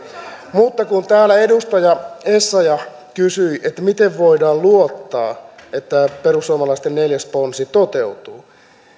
täällä edustaja essayah kysyi miten voidaan luottaa että perussuomalaisten neljäs ponsi toteutuu